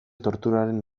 torturaren